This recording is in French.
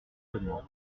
règlement